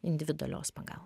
individualios pagalbos